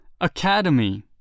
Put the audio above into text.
Academy